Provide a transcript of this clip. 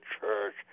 church